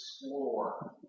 explore